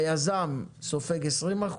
היזם סופג 20%,